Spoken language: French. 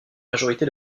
majorité